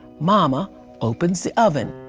mama opens the oven.